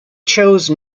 chose